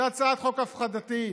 זו הצעת חוק הפחדתית.